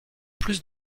plus